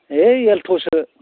है एलट'सो